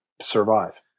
survive